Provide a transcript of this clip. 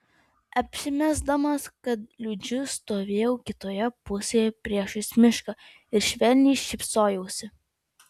apsimesdamas kad liūdžiu stovėjau kitoje pusėje priešais mišką ir švelniai šypsojausi